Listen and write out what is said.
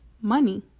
money